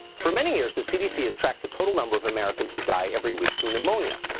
for many years, the cdc has tracked the total number of americans who die every week from pneumonia.